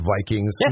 Vikings